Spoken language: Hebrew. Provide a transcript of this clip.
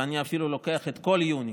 ואני אפילו לוקח את כל יוני,